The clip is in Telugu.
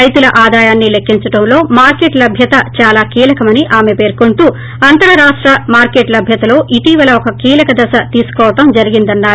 రైతుల ఆదాయాన్ని లెక్సించడంలో మార్కెట్ లభ్యత చాలా కీలకమని ఆమె పేర్కొంటూ అంతరాష్ట మార్కెట్ లభ్యతలో ఇటివల ఒక కీలక దశ తీసుకోవడం జరిగినన్నారు